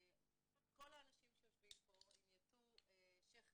כל האנשים שיושבים פה, אם יטו שכם